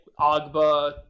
Agba